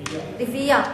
רבייה חדשות.